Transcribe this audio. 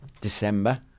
December